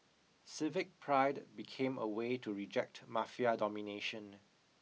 civic pride became a way to reject Mafia domination